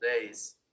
days